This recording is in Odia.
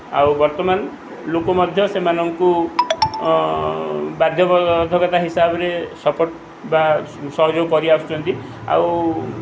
ଆଉ ବର୍ତ୍ତମାନ ଲୋକ ମଧ୍ୟ ସେମାନଙ୍କୁ ବାଧ୍ୟ ବାଧକତା ହିସାବରେ ସପୋର୍ଟ୍ ବା ସହଯୋଗ କରିଆସୁଛନ୍ତି ଆଉ